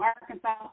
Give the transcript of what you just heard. Arkansas